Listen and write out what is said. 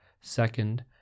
Second